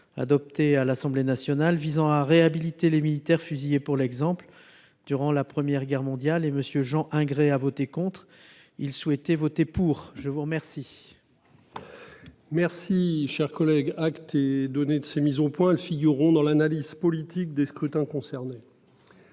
adoptée à l'Assemblée nationale visant à réhabiliter les militaires fusillés pour l'exemple. Durant la première guerre mondiale et monsieur Jean à voter contre. Ils souhaitaient voter pour. Je vous remercie. Merci, cher collègue, acte et donner de ces mises au point figureront dans l'analyse politique des scrutins concernés.